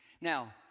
Now